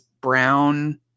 brown